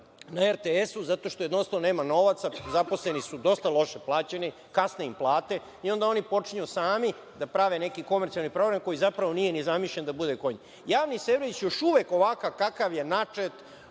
na RTS-u, zato što jednostavno nema novac. Zaposleni su dosta loše plaćeni, kasne im plate i onda oni počinju sami da prave neki komercijalni program, koji zapravo nije ni zamišljen da bude kod njih. Javni servis, još uvek ovakav kakav je, načet,